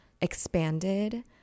expanded